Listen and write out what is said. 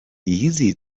easy